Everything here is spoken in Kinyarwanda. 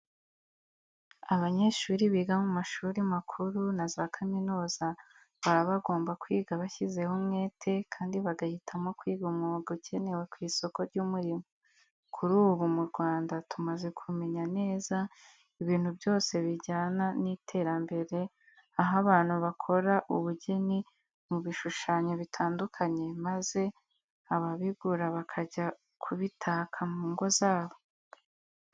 Abanyeshuri biga mu mashuri makuru na za kaminuza baba bagomba kwiga bashyizeho umwete kandi bagahitamo kwiga umwuga ukenewe ku isoko ry'umurimo. Kuri ubu mu Rwanda tumaze kumenya neza ibintu byose bijyana n'iterambere aho abantu bakora ubugeni mu bishushanyo bitandukanye maze ababigura bakajya kubitaka mu ngo zabo.